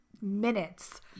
minutes